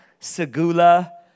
Segula